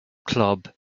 club